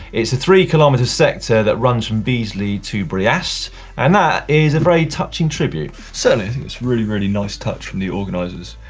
it's a three kilometer sector that runs from viesly to briastre and that is a very touching tribute. certainly, i think it's a really really nice touch from the organizers.